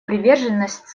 приверженность